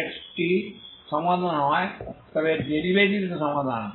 uxtসমাধান হয় তবে এর ডেরিভেটিভসও সমাধান